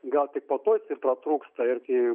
gal tik po to jis ir pratrūksta irgi